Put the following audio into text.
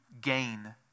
gain